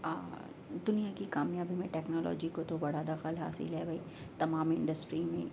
دنیا کی کامیابی میں ٹیکنالوجی کو تو بڑا دخل حاصل ہے بھائی تمام انڈسٹری میں